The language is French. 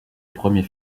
premier